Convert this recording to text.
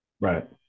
Right